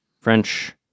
French